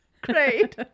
great